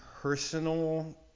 personal